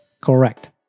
Correct